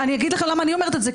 אגיד לך למה אני אומרת את זה,